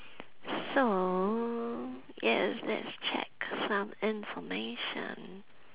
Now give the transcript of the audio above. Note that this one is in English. so yes let's check some information